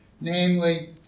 namely